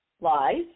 lies